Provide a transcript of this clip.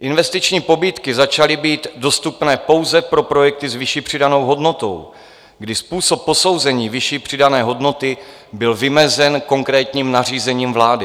Investiční pobídky začaly být dostupné pouze pro projekty s vyšší přidanou hodnotou, kdy způsob posouzení vyšší přidané hodnoty byl vymezen konkrétním nařízením vlády.